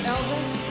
Elvis